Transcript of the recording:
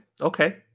Okay